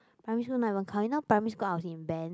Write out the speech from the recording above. primary school not even count you know primary school I was in band